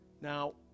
Now